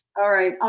all right,